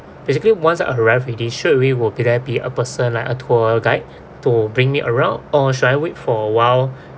basically once I arrived already straight away will there be a person like a tour guide to bring me around or should I wait for a while